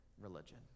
religion